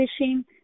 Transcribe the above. wishing